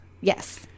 Yes